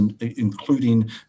including